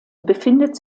befindet